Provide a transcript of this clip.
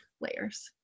layers